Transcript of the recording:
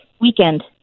weekend